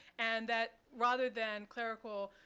and that rather than clerical